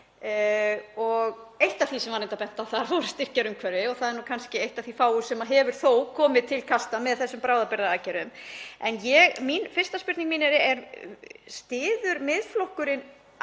á. Eitt af því sem var reyndar bent á var styrkjaumhverfi. Það er kannski eitt af því fáa sem hefur þó komið til kasta með þessum bráðabirgðaaðgerðum. En fyrsta spurning mín er: Styður Miðflokkurinn